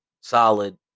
solid